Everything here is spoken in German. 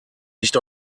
nicht